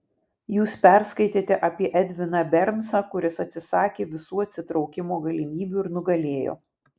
jūs perskaitėte apie edviną bernsą kuris atsisakė visų atsitraukimo galimybių ir nugalėjo